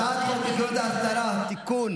הצעת חוק עקרונות האסדרה (תיקון,